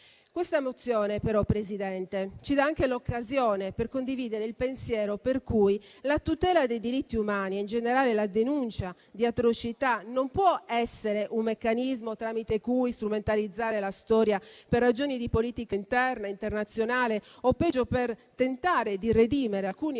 Questa mozione, signor Presidente, ci dà anche l'occasione per condividere il pensiero per cui la tutela dei diritti umani e, in generale, la denuncia di atrocità non possono essere meccanismi tramite cui strumentalizzare la storia per ragioni di politica interna, internazionale o, peggio, per tentare di redimere alcuni